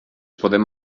podem